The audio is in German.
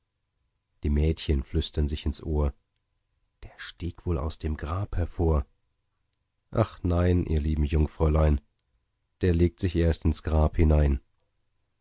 die madchen flüstern sich ins ohr der stieg wohl aus dem grab hervor ach nein ihr lieben jungfräulein der legt sich erst ins grab hinein